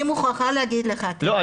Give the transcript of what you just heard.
אני מוכרחה להגיד לך --- לא,